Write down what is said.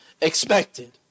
expected